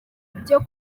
byo